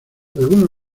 algunos